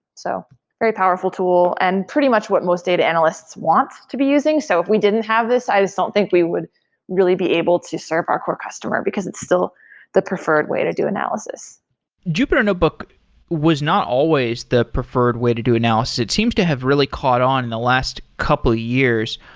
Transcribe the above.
so very powerful tool and pretty much what most data analysts want to be using. so if we didn't have this, i just don't think we would really be able to serve our core customer, because it's still the preferred way to do analysis jupyter notebook was not always the preferred way to do analysis. it seems to have really caught on in the last couple years.